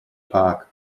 park